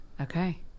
Okay